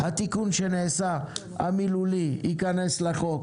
התיקון המילולי שנעשה ייכנס לחוק,